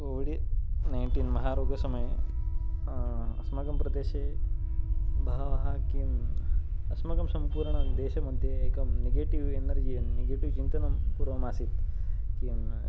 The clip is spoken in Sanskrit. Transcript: कोविड् नैन्टीन् महारोगसमये अस्माकं प्रदेशे बहु किम् अस्माकं सम्पूर्णदेशमध्ये एकं नेगेटिव् एनर्जि नेगेटिव् चिन्तनं पूर्वमासीत् किं